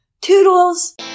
Toodles